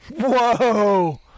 Whoa